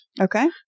Okay